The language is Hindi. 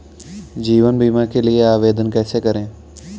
जीवन बीमा के लिए आवेदन कैसे करें?